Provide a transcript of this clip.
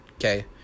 Okay